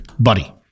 Buddy